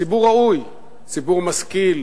ציבור ראוי, ציבור משכיל,